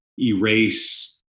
erase